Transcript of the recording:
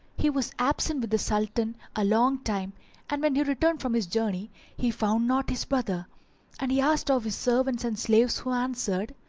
he was absent with the sultan a long time and when he returned from his journey he found not his brother and he asked of his servants and slaves who answered,